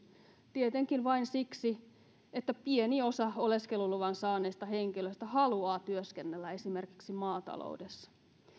tietenkin siksi että vain pieni osa oleskeluluvan saaneista henkilöistä haluaa työskennellä esimerkiksi maataloudessa